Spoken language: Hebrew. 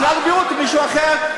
משרד הבריאות זה מישהו אחר.